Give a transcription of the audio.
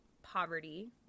poverty